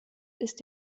ist